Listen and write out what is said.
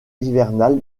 hivernale